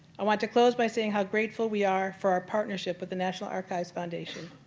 i want to close by saying how grateful we are for our partnership with the national archives foundation.